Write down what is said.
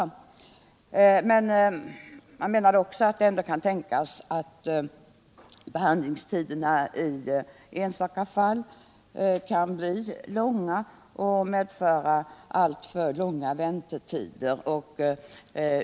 Fredagen den Men han menar också att det ändå kan tänkas att behandlingstiderna i 12 maj 1978 enstaka fall kan bli långa och medföra alltför långa väntetider.